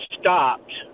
stopped